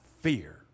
fear